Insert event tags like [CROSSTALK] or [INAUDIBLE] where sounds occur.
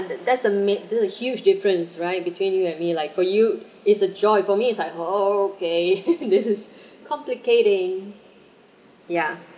that's the made the huge difference right between you and me like for you is a joy for me it's like okay [LAUGHS] this is complicating yeah